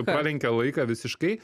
pralenkė laiką visiškai